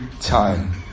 time